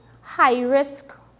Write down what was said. high-risk